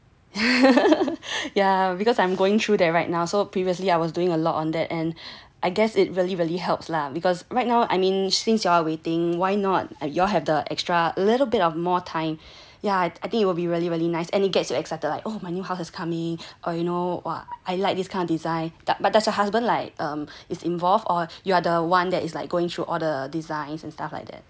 ya because I'm going through that right now so previously I was doing a lot on that and I guess it really really helps lah because right now I mean since y'all are waiting why not have you all have the extra a little bit of more time yeah I think it will be really really nice and it gets you excited orh my new house is coming err you know what I like this kind of design but does your husband like um is involved or you are the one that is like going through all the designs and stuff like that